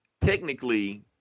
technically